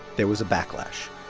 there was a backlash.